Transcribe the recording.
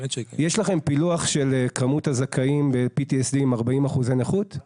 יש לכם פילוח של כמות הזכאים ב-PTSD עם 40% נכות?